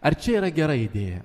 ar čia yra gera idėja